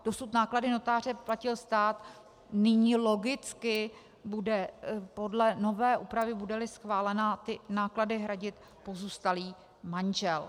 Dosud náklady notáře platil stát, nyní logicky bude podle nové úpravy, budeli schválena, náklady hradit pozůstalý manžel.